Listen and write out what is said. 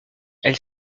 elle